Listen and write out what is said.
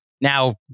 Now